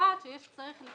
מי